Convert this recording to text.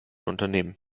unternehmen